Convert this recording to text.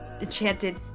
enchanted